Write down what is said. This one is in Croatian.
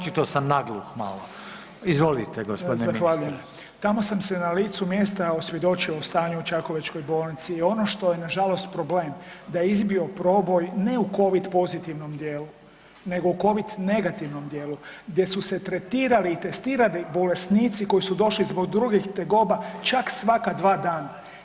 Tamo sam se na licu mjesta osvjedočio o stanju u Čakovečkoj bolnici i ono što je na žalost problem, da je izbio proboj ne u covid pozitivnom dijelu, nego u covid negativnom dijelu, gdje su se tretirali i testirali bolesnici koji su došli zbog drugih tegoba čak svaka dva dana.